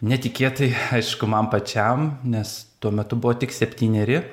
netikėtai aišku man pačiam nes tuo metu buvo tik septyneri